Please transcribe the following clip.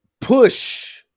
Push